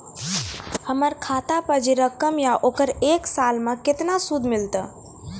हमर खाता पे जे रकम या ओकर एक साल मे केतना सूद मिलत?